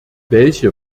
welche